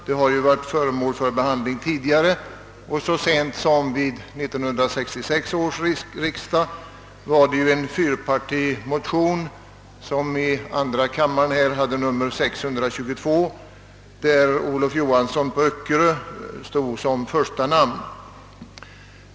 De har varit föremål för behandling tidigare, och så sent som vid 1966 års riksdag var det en fyrpartimotion — II: 622 — där herr Olof Johansson i Öckerö stod som första namn.